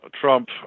Trump